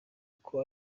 uko